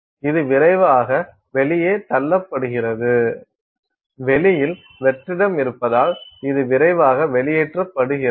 இது விரைவாக வெளியே தள்ளப்படுகிறது வெளியில் வெற்றிடம் இருப்பதால் இது விரைவாக வெளியேற்றப்படுகிறது